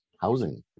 housing